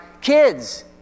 kids